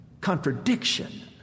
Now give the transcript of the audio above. contradiction